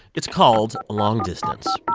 it's called long distance